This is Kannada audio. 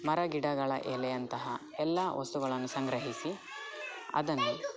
ಮರ ಗಿಡಗಳ ಎಲೆಯಂತಹ ಎಲ್ಲಾ ವಸ್ತುಗಳನ್ನು ಸಂಗ್ರಹಿಸಿ ಅದನ್ನು